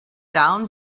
down